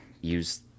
use